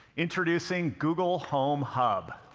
introducing google home hub.